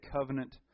covenant